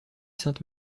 sainte